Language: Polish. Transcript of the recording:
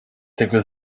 tego